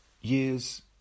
years